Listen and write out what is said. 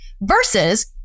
versus